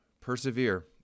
persevere